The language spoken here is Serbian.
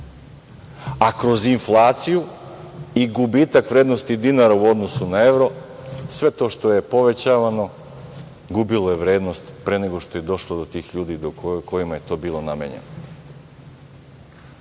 a kroz inflaciju i gubitak vrednosti dinara u odnosu na evro, sve to što je povećavano gubilo je vrednost pre nego što je došlo do tih ljudi kojima je to bilo namenjeno.